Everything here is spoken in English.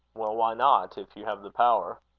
well, why not, if you have the power?